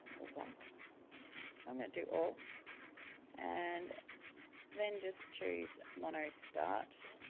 or black. so i'm going to do all and then just choose mono start